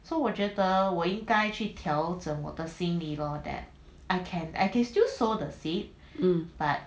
um